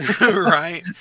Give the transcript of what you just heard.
Right